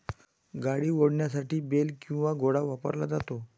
गाडी ओढण्यासाठी बेल किंवा घोडा वापरला जातो